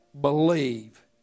believe